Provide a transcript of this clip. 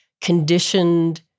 conditioned